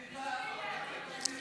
זה לא עובד, להשתמש בלאום ובדת בשביל, נשים.